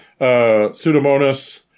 pseudomonas